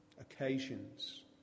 occasions